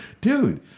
Dude